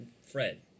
Fred